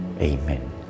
Amen